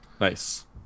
Nice